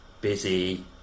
busy